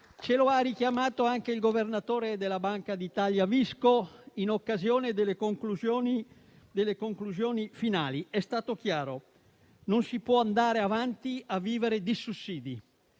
Lo ha richiamato anche il governatore della Banca d'Italia Visco in occasione delle conclusioni finali. È stato chiaro: non si può andare avanti vivendo di sussidi.